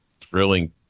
thrilling